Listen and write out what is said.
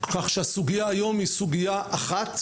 הסוגיה היום היא סוגיה אחת,